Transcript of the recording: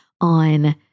on